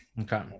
okay